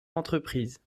l’entreprise